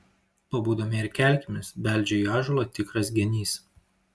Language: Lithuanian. pabudome ir kelkimės beldžia į ąžuolą tikras genys